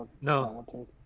No